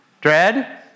Dread